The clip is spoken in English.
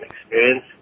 experience